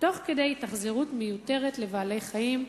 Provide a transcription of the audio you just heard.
תוך כדי התאכזרות מיותרת לבעלי-חיים".